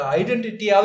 identity